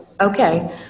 okay